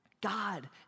God